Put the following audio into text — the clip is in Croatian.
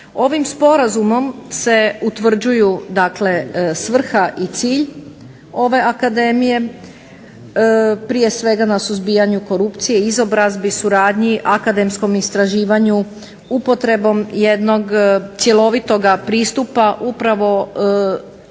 Ovim sporazumom se utvrđuju svrha i cilj ove akademije. Prije svega na suzbijanju korupcije, izobrazbi, suradnji, akademskom istraživanju, upotrebom jednog cjelovitoga pristupa upravo